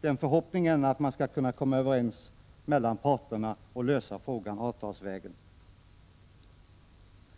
Vi har förhoppningar om att parterna skall komma överens och lösa frågan avtalsvägen.